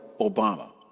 Obama